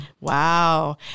Wow